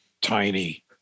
tiny